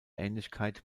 ähnlichkeit